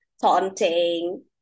taunting